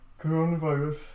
coronavirus